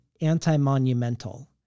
anti-monumental